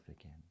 again